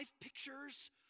pictures